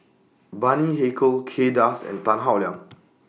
Bani Haykal Kay Das and Tan Howe Liang